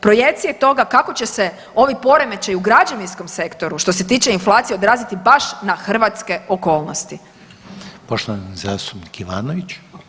Projekcije toga kako će se ovi poremećaji u građevinskom sektoru, što se tiče inflacije odraziti baš na hrvatske okolnosti.